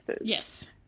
Yes